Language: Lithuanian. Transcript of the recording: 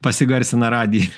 pasigarsina radiją